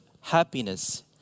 happiness